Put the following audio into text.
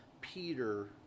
Peter